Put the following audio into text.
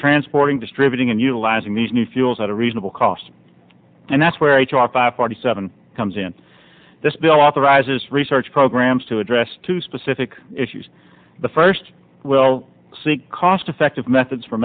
transporting distributing and utilizing these new fuels at a reasonable cost and that's where each offer forty seven comes in this bill authorizes research programs to address two specific issues the first will see cost effective methods for